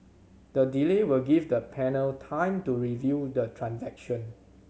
the delay will give the panel time to review the transaction